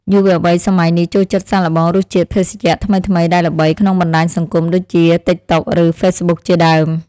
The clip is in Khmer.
យុវវ័យសម័យនេះចូលចិត្តសាកល្បងរសជាតិភេសជ្ជៈថ្មីៗដែលល្បីក្នុងបណ្តាញសង្គមដូចជាទីកតុកឬហ្វេសប៊ុកជាដើម។